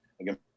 again